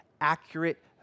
accurate